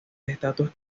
estatuas